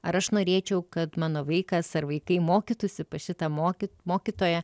ar aš norėčiau kad mano vaikas ar vaikai mokytųsi pas šitą moky mokytoją